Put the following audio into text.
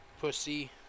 pussy